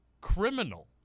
criminal